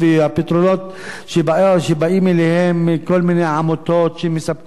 והפתרונות שבאים אליהם מכל מיני עמותות שמספקות